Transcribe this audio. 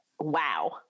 wow